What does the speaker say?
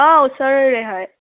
অঁ ওচৰৰে হয়